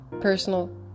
personal